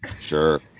sure